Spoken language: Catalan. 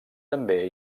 també